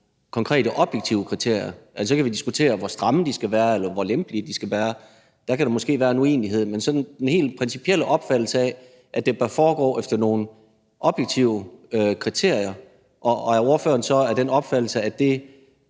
konkrete objektive kriterier – og så kan vi diskutere, hvor stramme de skal være, eller hvor lempelige de skal være, og der kan der måske være en uenighed – altså om han sådan har den helt principielle opfattelse, at det bør foregå efter nogle helt objektive kriterier. Og er ordføreren så af den opfattelse, at